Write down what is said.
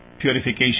purification